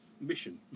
mission